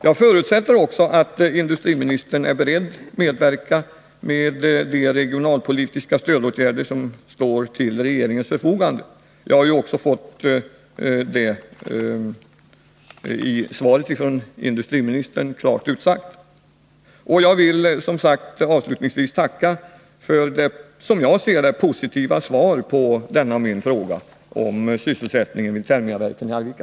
Jag förutsätter också att industriministern är beredd att medverka med de regionalpolitiska stödåtgärder som står till regeringens förfogande. Det har jag också fått klart uttalat i svaret från industriministern. Jag vill avslutningsvis tacka för det, som jag ser det, positiva svaret på min fråga om sysselsättningen vid Thermia-Verken i Arvika.